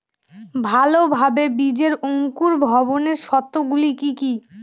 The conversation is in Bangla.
ভালোভাবে বীজের অঙ্কুর ভবনের শর্ত গুলি কি কি?